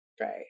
Right